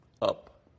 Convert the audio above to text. up